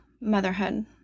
motherhood